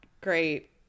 great